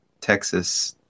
Texas